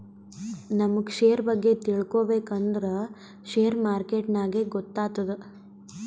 ನಮುಗ್ ಶೇರ್ ಬಗ್ಗೆ ತಿಳ್ಕೋಬೇಕು ಅಂದ್ರ ಶೇರ್ ಮಾರ್ಕೆಟ್ ನಾಗೆ ಗೊತ್ತಾತ್ತುದ